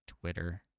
Twitter